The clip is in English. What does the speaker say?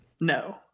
no